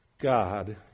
God